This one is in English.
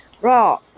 Raw